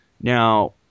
Now